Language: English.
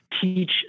teach